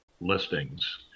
listings